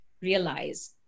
Realize